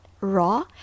raw